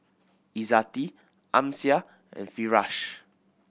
Izzati Amsyar and Firash